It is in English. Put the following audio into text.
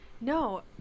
no